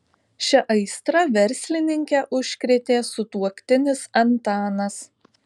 šia aistra verslininkę užkrėtė sutuoktinis antanas